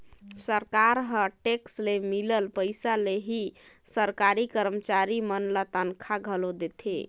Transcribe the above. सरकार ह टेक्स ले मिलल पइसा ले ही सरकारी करमचारी मन ल तनखा घलो देथे